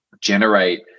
generate